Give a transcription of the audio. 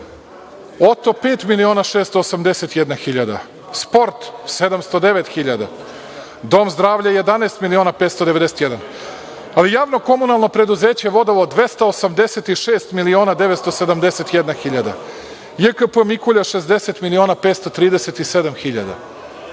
Oto, pet miliona 681 hiljada, sport 709 hiljada. Dom zdravlja 11 miliona 591, javno komunalno preduzeće „Vodovod“ 286 miliona 971 hiljada, JKP „Mikulja“ 60 miliona 537 hiljada